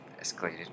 escalated